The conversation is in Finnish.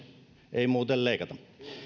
ei muuten leikata arvoisa puhemies